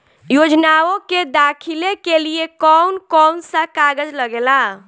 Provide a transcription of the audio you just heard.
योजनाओ के दाखिले के लिए कौउन कौउन सा कागज लगेला?